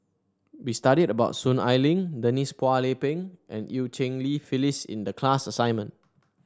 we studied about Soon Ai Ling Denise Phua Lay Peng and Eu Cheng Li Phyllis in the class assignment